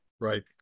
Right